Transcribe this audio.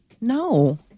No